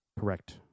correct